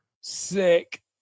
Sick